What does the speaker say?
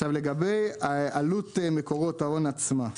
לגבי עלות מקורות ההון עצמה.